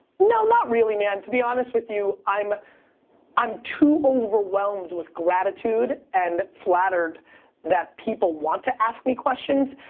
no not really, man. to be honest with you, i'm i'm too overwhelmed with gratitude and flattered that people want to ask me questions,